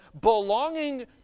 belonging